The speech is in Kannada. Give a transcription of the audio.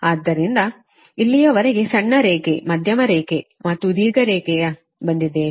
ಆದ್ದರಿಂದ ಇಲ್ಲಿಯವರೆಗೆ ಸಣ್ಣ ರೇಖೆ ಮಧ್ಯಮ ರೇಖೆ ಮತ್ತು ದೀರ್ಘ ರೇಖೆಯ ಬಂದಿದ್ದೇವೆ